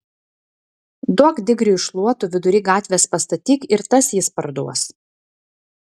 duok digriui šluotų vidury gatvės pastatyk ir tas jis parduos